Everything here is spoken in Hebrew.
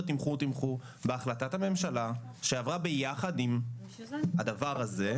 תמחור תמחור בהחלטת הממשלה שעברה ביחד עם הדבר הזה,